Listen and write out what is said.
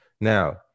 now